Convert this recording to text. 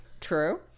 True